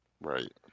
Right